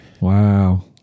Wow